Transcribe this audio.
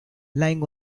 lying